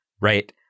right